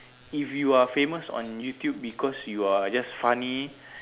if you are famous on YouTube because you are just funny